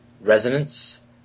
Resonance